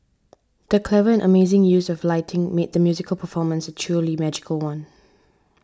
the clever and amazing use of lighting made the musical performance truly magical one